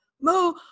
Mo